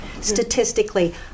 Statistically